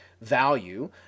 value